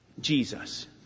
Jesus